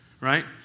right